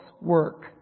work